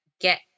get